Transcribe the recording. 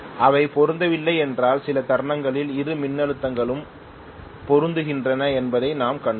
அவை பொருந்தவில்லை என்றால் சில தருணங்களில் இரு மின்னழுத்தங்களும் பொருந்துகின்றன என்பதை நாம் கண்டோம்